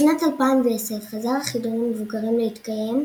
בשנת 2010 חזר החידון למבוגרים להתקיים,